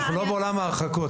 אנחנו לא בעולם ההרחקות.